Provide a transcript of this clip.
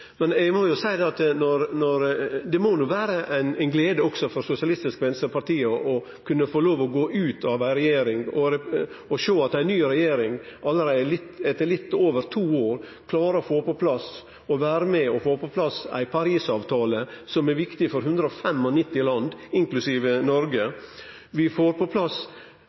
Men eg må seie at det må då vere ei glede også for Sosialistisk Venstreparti å kunne få lov til å gå ut av ei regjering og sjå at ei ny regjering allereie etter litt over to år er med og får på plass ei Paris-avtale som er viktig for 195 land, inklusiv Noreg. Vi får på plass